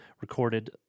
recorded